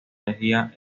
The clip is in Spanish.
energía